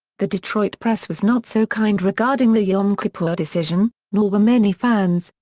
the detroit press was not so kind regarding the yom kippur decision, nor were many fans,